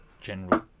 general